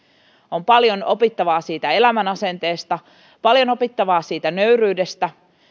on paljon opittavaa siitä elämänasenteesta paljon opittavaa siitä nöyryydestä